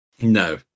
No